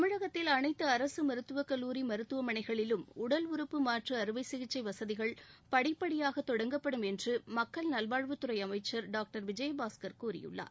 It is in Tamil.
தமிழகத்தில் அனைத்து அரசு மருத்துவக் கல்லூரி மருத்துவமனைகளில் உடல் உறுப்பு மாற்று அறுவை சிகிச்சை வசதிகள் படிப்படியாக தொடங்கப்படும் என்று மக்கள் நல்வாழ்வுத்துறை அமைச்சர் டாக்டர் விஜயபாஸ்கர் கூறியுள்ளார்